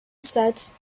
sets